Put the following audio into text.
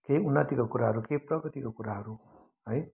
केही उन्नतिको कुराहरू केही प्रगतिको कुराहरू है